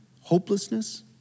hopelessness